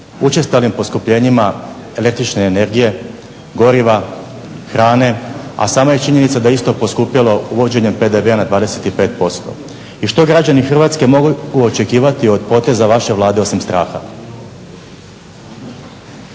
učestalim poskupljenjima električne energije, goriva, hrane, a sama je činjenica da je isto poskupjelo uvođenjem PDV-a na 25% i što građani Hrvatske mogu očekivati od poteza vaše Vlade osim straha.